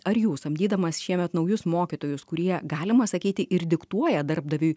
ar jų samdydamas šiemet naujus mokytojus kurie galima sakyti ir diktuoja darbdaviui